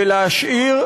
ולהשאיר,